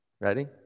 Ready